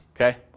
Okay